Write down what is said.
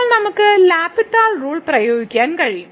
ഇപ്പോൾ നമുക്ക് L hospital rule പ്രയോഗിക്കാൻ കഴിയും